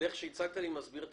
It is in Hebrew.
הדרך שהצגת מסבירה את